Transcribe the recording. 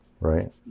right